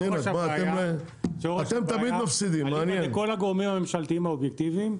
אני אומר לכל הגורמים הממשלתיים האובייקטיביים,